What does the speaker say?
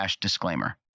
disclaimer